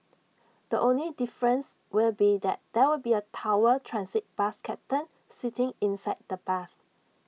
the only difference will be that there will be A tower transit bus captain sitting inside the bus